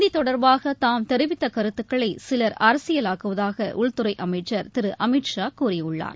இந்தி தொடர்பாக தாம் தெரிவித்த கருத்துக்களை சிலர் அரசியலாக்குவதாக உள்துறை அமைச்சர் திரு அமித்ஷா கூறியுள்ளார்